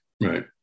right